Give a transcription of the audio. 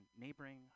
neighboring